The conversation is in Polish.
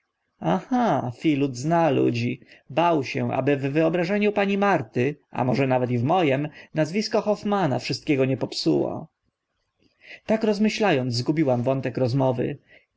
aha filut zna ludzi bał się aby w wyobrażeniu pani marty a może nawet i w moim nazwisko hoffmanna wszystkiego nie popsuło tak rozmyśla ąc zgubiłam wątek rozmowy